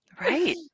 right